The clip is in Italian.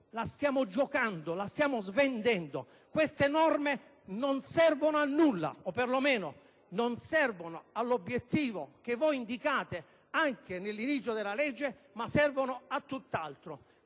Parlamento: le stiamo svendendo! Queste norme non servono a nulla o, per lo meno, non servono all'obiettivo che voi indicate anche all'inizio della legge, bensì a tutt'altro.